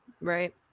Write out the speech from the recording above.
right